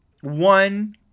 one